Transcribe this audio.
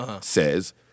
says